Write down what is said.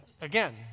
Again